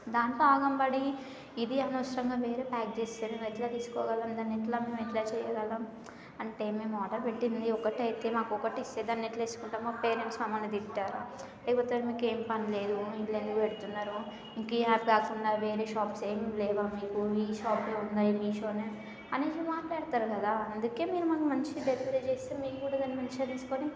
దాంతో ఆగం పడి ఇది అనవసరంగా వేరే ప్యాక్ చేస్తే ఎట్ల తీసుకోగలం దాన్ని ఎట్లని మేము ఎట్ల చేయడం అంటే మేము ఆర్డర్ పెట్టింది ఒకటైతే మాకు ఒకటి ఇస్తే దాన్ని ఎట్లా వేసుకుంటాం మా పేరెంట్స్ మమ్మల్ని తిట్టారా ఈ పిల్లకి ఏం పని లేదు ఇలా ఎందుకు పెడుతున్నారు ఇంక ఈ యాప్ కాకుండా వేరే షాప్స్ ఏమీ ఏం లేవా మీకు మీషో షాప్ ఉన్నాయి మీషోనే అనేసి మాట్లాడుతారు కదా అందుకే మీరు మాకు మంచిగా డెలివరీ చేస్తే మీకు కూడా దాన్ని మంచిగా తీసుకొని